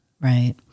Right